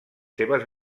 seves